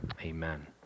Amen